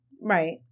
Right